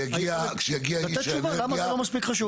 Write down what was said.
אני רוצה תשובה למה זה לא מספיק חשוב.